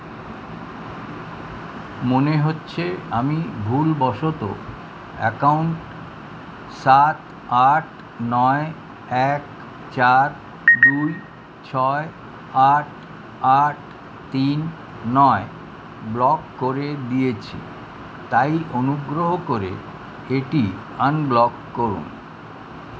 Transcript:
মনে হচ্ছে আমি ভুলবশত অ্যাকাউন্ট সাত আট নয় এক চার দুই ছয় আট আট তিন নয় ব্লক করে দিয়েছি তাই অনুগ্রহ করে এটি আনব্লক করুন